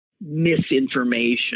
misinformation